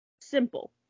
Simple